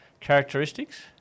characteristics